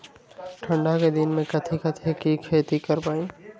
ठंडा के दिन में कथी कथी की खेती करवाई?